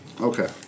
Okay